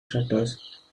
shutters